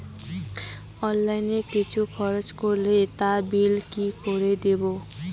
Online কিছু খরচ করলে তার বিল কি করে দেবো?